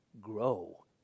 grow